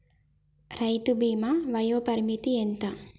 రైతు బీమా వయోపరిమితి ఎంత?